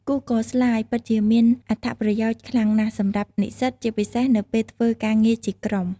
Google Slides ពិតជាមានអត្ថបទប្រយោជន៍ខ្លាំងណាស់សម្រាប់និស្សិត ជាពិសេសនៅពេលធ្វើការងារជាក្រុម។